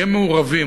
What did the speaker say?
מעורבים.